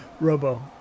Robo